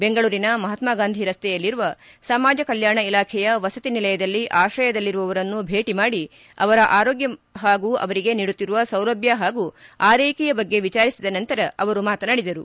ಬೆಂಗಳೂರಿನ ಮಹಾತ್ನಾ ಗಾಂಧಿ ರಸ್ತೆಯಲ್ಲಿರುವ ಸಮಾಜ ಕಲ್ವಾಣ ಇಲಾಖೆಯ ವಸತಿ ನಿಲಯದಲ್ಲಿ ಆಕ್ರಯದಲ್ಲಿರುವವರನ್ನು ಭೇಟಿ ಮಾಡಿ ಅವರ ಆರೋಗ್ಯ ಹಾಗೂ ಅವರಿಗೆ ನೀಡುತ್ತಿರುವ ಸೌಲಭ್ಯ ಹಾಗೂ ಆರೈಕೆಯ ಬಗ್ಗೆ ವಿಚಾರಿಸಿದ ನಂತರ ಅವರು ಮಾತನಾಡಿದರು